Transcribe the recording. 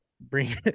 bring